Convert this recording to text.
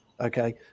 Okay